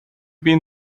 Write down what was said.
been